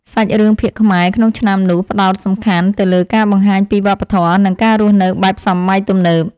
សាច់រឿងភាគខ្មែរក្នុងឆ្នាំនេះផ្តោតសំខាន់ទៅលើការបង្ហាញពីវប្បធម៌ និងការរស់នៅបែបសម័យទំនើប។